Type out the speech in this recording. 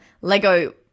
Lego